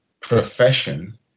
profession